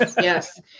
Yes